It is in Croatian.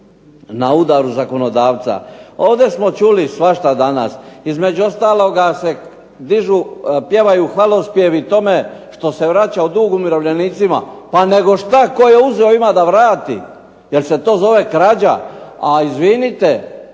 na udaru zakonodavca. Ovdje smo čuli svašta danas, između ostaloga se pjevaju hvalospjevi tome što se vraćao dug umirovljenicima. Pa nego šta, tko je uzeo ima da vrati jer se to zove krađa. A izvinite,